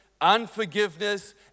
unforgiveness